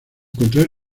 contraer